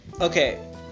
Okay